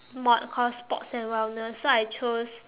mod called sports and wellness so I chose